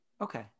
Okay